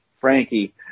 Frankie